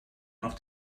noch